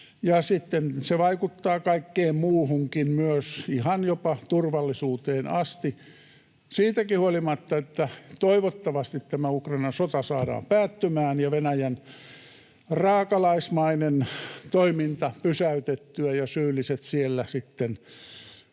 se vaikuttaa kaikkeen muuhunkin myös, ihan jopa turvallisuuteen asti siitäkin huolimatta, että toivottavasti tämä Ukrainan sota saadaan päättymään ja Venäjän raakalaismainen toiminta pysäytettyä ja syylliset siellä sitten